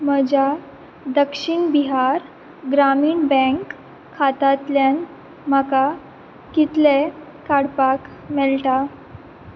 म्हज्या दक्षिण बिहार ग्रामीण बँक खात्यांतल्यान म्हाका कितले काडपाक मेळटा